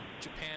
Japan